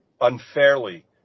unfairly